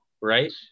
right